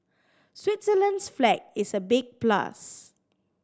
Switzerland's flag is a big plus